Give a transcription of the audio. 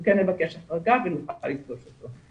כן נבקש החרגה ונוכל לפגוש אותו.